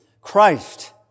Christ